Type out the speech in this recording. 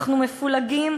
אנחנו מפולגים,